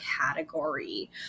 category